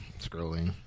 scrolling